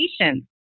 patients